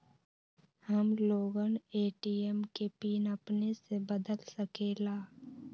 हम लोगन ए.टी.एम के पिन अपने से बदल सकेला?